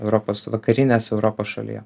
europos vakarinės europos šalyje